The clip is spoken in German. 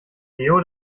deo